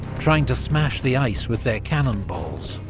trying to smash the ice with their cannonballs.